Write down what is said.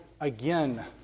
again